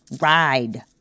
ride